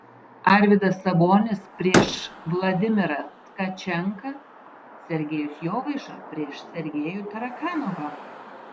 arvydas sabonis prieš vladimirą tkačenką sergejus jovaiša prieš sergejų tarakanovą